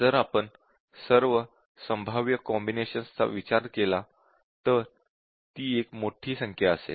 जर आपण सर्व संभाव्य कॉम्बिनेशन्स चा विचार केला तर ती एक मोठी संख्या असेल